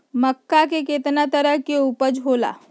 मक्का के कितना तरह के उपज हो ला?